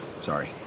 Sorry